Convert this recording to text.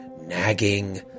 nagging